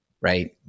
right